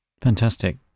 Fantastic